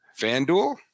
FanDuel